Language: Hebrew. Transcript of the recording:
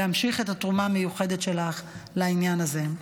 להמשיך את התרומה המיוחדת שלך לעניין הזה.